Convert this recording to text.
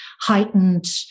heightened